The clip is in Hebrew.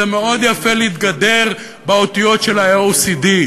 זה מאוד יפה להתגדר באותיות של ה-OECD,